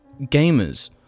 Gamers